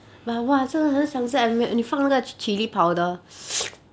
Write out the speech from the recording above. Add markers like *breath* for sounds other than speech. *breath*